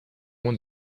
one